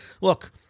look